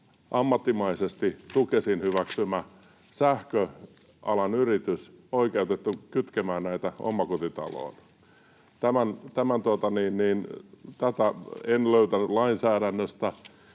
ammattimaisesti Tukesin hyväksymä sähköalan yritys oikeutettu kytkemään näitä omakotitaloon. Tätä en löytänyt lainsäädännöstä.